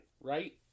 right